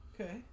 Okay